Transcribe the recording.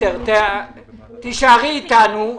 תישארי אתנו.